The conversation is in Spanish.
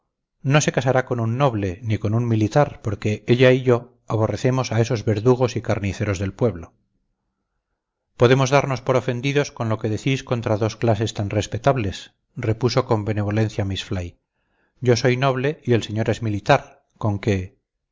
no se casará con un noble ni con un militar porque ella y yo aborrecemos a esos verdugos y carniceros del pueblo podemos darnos por ofendidos con lo que decís contra dos clases tan respetables repuso con benevolencia miss fly yo soy noble y el señor es militar con que